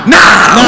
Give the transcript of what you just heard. now